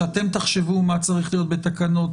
שאתם תחשבו מה צריך להיות בתקנות,